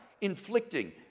inflicting